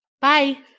Bye